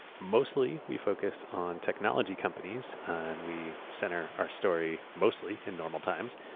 mostly, we focus on technology companies and we center our story mostly in normal times.